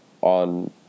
on